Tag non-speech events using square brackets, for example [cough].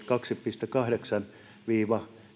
[unintelligible] kaksi pilkku kahdeksan viiva